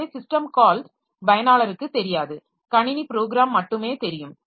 எனவே system calls பயனாளருக்குத் தெரியாது கணினி ப்ரோக்ராம் மட்டுமே தெரியும்